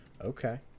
okay